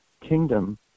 kingdom